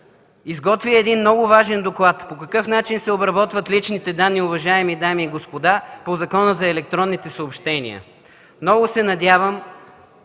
Изготви и един много важен доклад – по какъв начин се обработват личните данни, уважаеми дами и господа, по Закона за електронните съобщения. Много се надявам